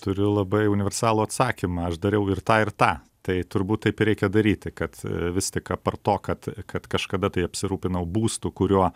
turi labai universalų atsakymą aš dariau ir tą ir tą tai turbūt taip ir reikia daryti kad vis tik apart to kad kad kažkada tai apsirūpinau būstu kuriuo